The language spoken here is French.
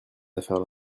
affaires